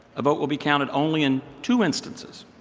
a vote will be counted only in two instances.